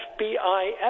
FBI